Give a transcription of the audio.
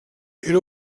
era